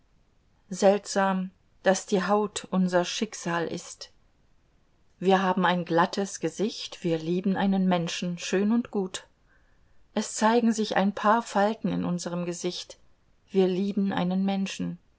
seltsam daß die haut unser schicksal ist wir haben ein glattes gesicht wir lieben einen menschen schön und gut es zeigen sich ein paar falten in unserem gesicht wir lieben einen menschen